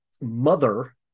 mother